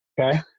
Okay